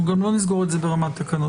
אנחנו גם לא נסגור את זה ברמת תקנות.